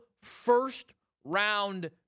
First-round